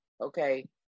Okay